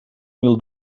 mil